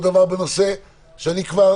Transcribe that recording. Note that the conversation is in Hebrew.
אותו דבר בנושא שכבר